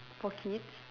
for kids